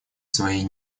своей